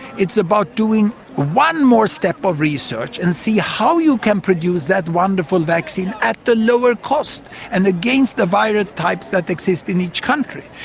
it's about doing one more step of research and see how you can produce that wonderful vaccine at the lower cost and against the viral types that exist in each country,